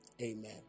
Amen